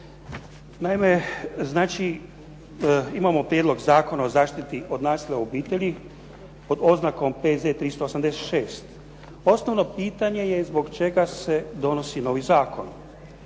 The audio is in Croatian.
Naime, znači imamo Prijedlog zakona o zaštiti od nasilja u obitelji pod oznakom P.Z.E. 386. Osnovno pitanje je zbog čega se donosi novi zakon,